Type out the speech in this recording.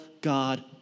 God